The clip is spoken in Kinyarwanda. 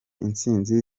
intsinzi